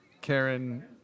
Karen